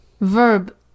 Verb